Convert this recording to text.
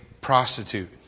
prostitute